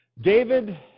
David